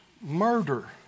murder